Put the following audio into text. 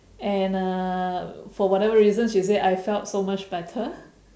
and uh for whatever reason she said I felt so much better